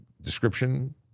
description